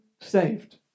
saved